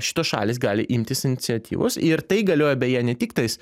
šitos šalys gali imtis iniciatyvos ir tai galioja beje ne tik tais